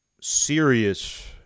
serious